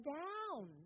down